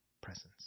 presence